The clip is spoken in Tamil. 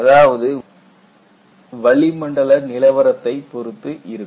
அதாவது வளிமண்டல நிலவரத்தைப் பொறுத்து இருக்கும்